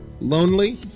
Lonely